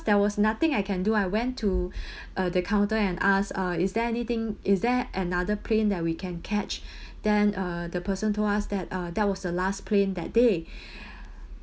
there was nothing I can do I went to uh the counter and ask uh is there anything is there another plane that we can catch then uh the person told us that uh that was the last plane that day